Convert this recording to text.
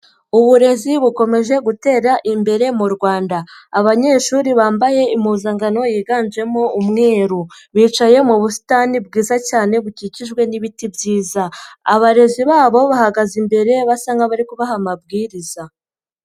Uburezi bukomeje gutera imbere mu Rwanda. Abanyeshuri bambaye impuzankano yiganjemo umweru. Bicaye mu busitani bwiza cyane bukikijwe n'ibiti byiza. Abarezi babo bahagaze imbere basa nk'abari kubaha amabwiriza.